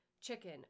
chicken